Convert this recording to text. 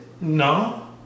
No